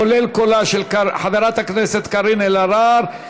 כולל קולה של חברת הכנסת קארין אלהרר,